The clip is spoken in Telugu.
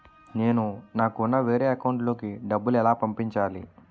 నేను నాకు ఉన్న వేరే అకౌంట్ లో కి డబ్బులు ఎలా పంపించాలి?